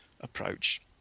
approach